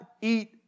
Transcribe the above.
eat